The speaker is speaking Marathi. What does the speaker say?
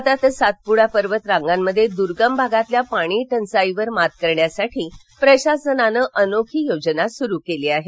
आता तर सातपूडा पर्वत रांगामध्ये दुर्गम भागातल्या पाणी टचाईवर मात करण्यासाठी प्रशासनानं अनोखी योजना सुरू केली आहे